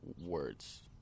words